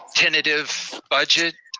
tentative budget.